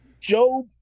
Job